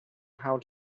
how